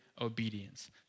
obedience